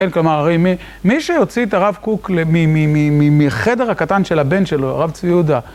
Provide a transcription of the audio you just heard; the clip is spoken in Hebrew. כן, כלומר, מי שיוציא את הרב קוק מחדר הקטן של הבן שלו, הרב צבי יהודה...